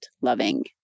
loving